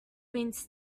have